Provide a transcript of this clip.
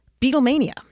Beatlemania